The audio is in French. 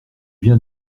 viens